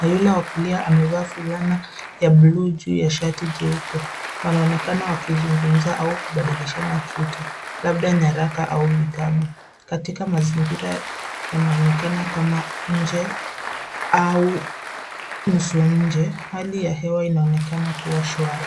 Yule wa kulia amevaa fulana ya buluu yenye maandishi. Wanaonekana wakizungumza au kubadilishana kitu, labda karatasi au kitabu. Mazingira yanaonekana kuwa ya nje au karibu na nje, huku hali ya hewa ikionekana kuwa nzuri.